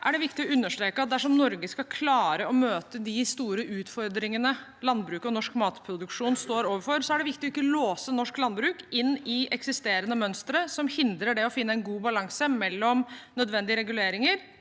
er det viktig å understreke at dersom Norge skal klare å møte de store utfordringene landbruket og norsk matproduksjon står overfor, er det viktig å ikke låse norsk landbruk inn i eksisterende mønstre som hindrer det å finne en god balanse mellom nødvendige reguleringer,